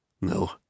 No